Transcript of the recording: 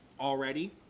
already